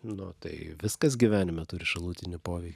na tai viskas gyvenime turi šalutinį poveikį